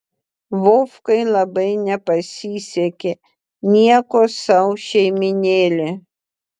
vovkai labai nepasisekė nieko sau šeimynėlė